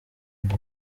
bari